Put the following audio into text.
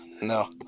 no